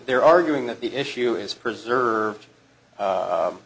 they're arguing that the issue is preserved